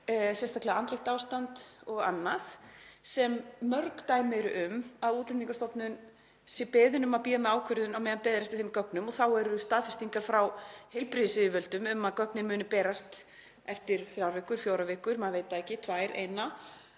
sérstaklega andlegt ástand og annað. Mörg dæmi eru um að Útlendingastofnun sé beðin um að bíða með ákvörðun á meðan beðið er eftir þeim gögnum og þá eru staðfestingar frá heilbrigðisyfirvöldum um að gögnin muni berast eftir þrjár vikur, fjórar vikur, maður veit það ekki, tvær, eina,